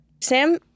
Sam